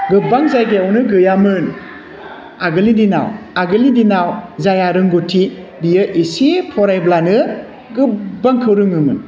गोबां जायगायावनो गैयामोन आगोलनि दिनाव आगोलनि दिनाव जायहा रोंगौथि बियो एसे फरायब्लानो गोबांखौ रोङोमोन